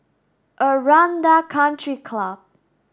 Aranda Country Club